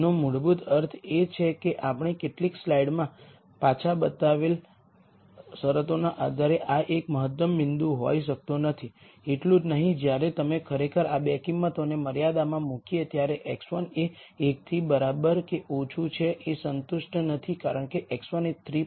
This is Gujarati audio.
જેનો મૂળભૂત અર્થ એ છે કે આપણે કેટલીક સ્લાઇડ્સમાં પાછા બતાવેલ શરતોના આધારે આ એક મહત્તમ બિંદુ હોઈ શકતો નથી એટલું જ નહીં જ્યારે તમે ખરેખર આ 2 કિંમતોને મર્યાદામાં મૂકીએ ત્યારે x1 એ 1 થી બરાબર કે ઓછું છે એ સંતુષ્ટ નથી કારણ કે x1 3